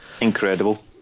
incredible